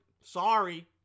sorry